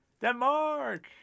Denmark